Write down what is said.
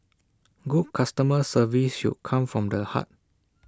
good customer service should come from the heart